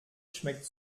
schmeckt